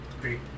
Great